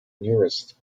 nearest